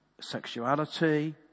sexuality